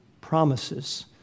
promises